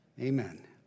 Amen